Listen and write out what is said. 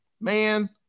man